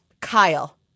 Kyle